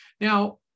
Now